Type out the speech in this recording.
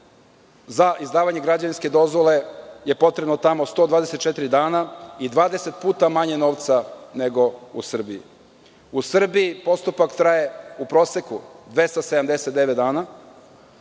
za izdavanje građevinske dozvole tamo je potrebno 124 dana i 20 puta manje novca nego u Srbiji. U Srbiji postupak traje u proseku 279 dana,